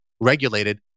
regulated